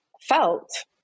felt